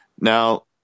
Now